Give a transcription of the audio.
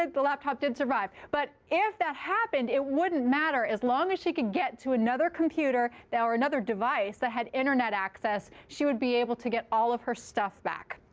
like the laptop did survive. but if that happened, it wouldn't matter. as long as she could get to another computer or another device that had internet access, she would be able to get all of her stuff back.